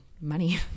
money